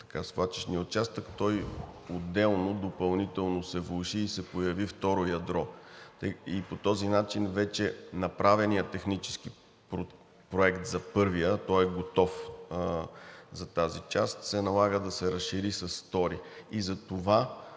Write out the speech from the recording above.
на свлачищния участък, той отделно допълнително се влоши и се появи второ ядро и по този начин вече направеният технически проект за първия – той е готов за тази част, се налага да се разшири с втори и затова